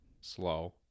slow